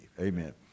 Amen